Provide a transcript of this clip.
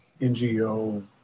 NGO